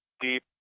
deep